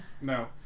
No